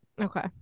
okay